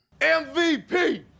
MVP